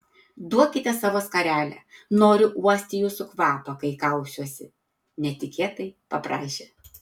duokite savo skarelę noriu uosti jūsų kvapą kai kausiuosi netikėtai paprašė